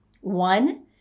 One